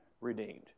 redeemed